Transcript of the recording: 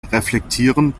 reflektieren